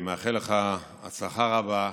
אני מאחל לך הצלחה רבה,